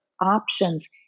options